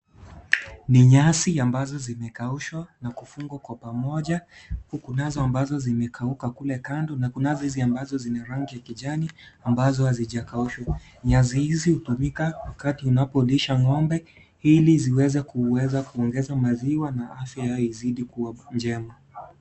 Ni nyasi ambazi zimekaushwa na kufungwa kwa pamoja huku naxi ximekauka kule kando na kunazo hizi zenye rangi kijani ambazo hazijakaushwa nyasi hizi hutumika wakati unapolishwa ng'ombe ili iweze kuongeza mazuwa na afya yao izidi kuwa njema.